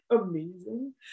amazing